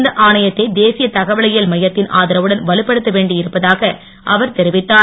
இந்த ஆணையத்தை தேசிய தகவலியல் மையத்தின் ஆதரவுடன் வலுப்படுத்த வேண்டி இருப்பதாக அவர் தெரிவித்தார்